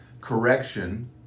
correction